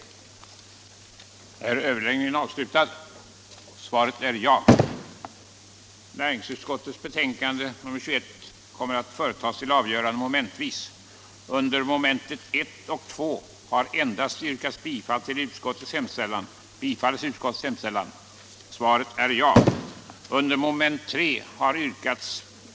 den det ej vill röstar nej.